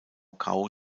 cao